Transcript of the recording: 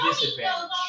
disadvantage